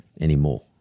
anymore